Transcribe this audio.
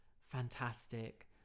fantastic